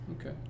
okay